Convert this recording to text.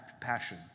passion